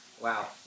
Wow